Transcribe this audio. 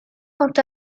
quant